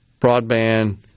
broadband